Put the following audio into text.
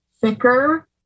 thicker